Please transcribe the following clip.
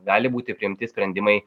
gali būti priimti sprendimai